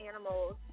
animals